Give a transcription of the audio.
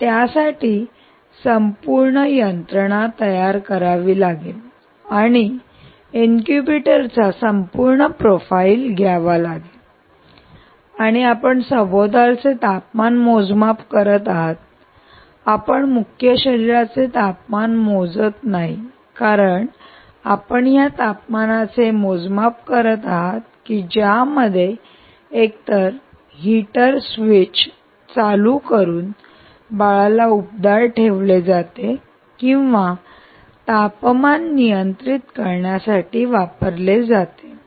तर त्यासाठी संपूर्ण यंत्रणा तयार करावी लागेल आणि इनक्यूबेटर चा संपूर्ण प्रोफाइल घ्यावा लागेल आणि आपण सभोवतालचे तापमान मोजमाप करत आहात आपण मुख्य शरीराचे तापमान मोजत नाही कारण आपण या तापमानाचे मोजमाप करत आहात की ज्यामध्ये एकतर हीटर स्विच चालू करून बाळाला उबदार ठेवले जाते किंवा तापमान नियंत्रित करण्यासाठी वापरले जाते